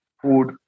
food